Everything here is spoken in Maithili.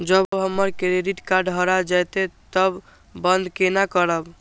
जब हमर क्रेडिट कार्ड हरा जयते तब बंद केना करब?